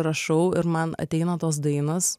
rašau ir man ateina tos dainos